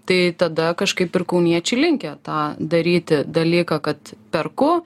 tai tada kažkaip ir kauniečiai linkę tą daryti dalyką kad perku